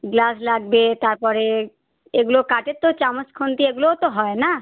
glass লাগবে তারপরে এগুলো কাঠের তো চামচ খুন্তি এগুলোও তো হয় না